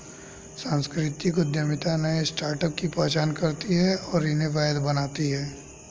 सांस्कृतिक उद्यमिता नए स्टार्टअप की पहचान करती है और उन्हें वैध बनाती है